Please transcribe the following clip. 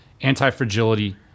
anti-fragility